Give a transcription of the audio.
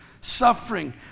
suffering